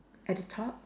at the top